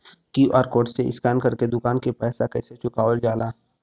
QR code से scan कर के दुकान के पैसा कैसे चुकावल जाला?